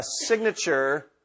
signature